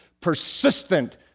persistent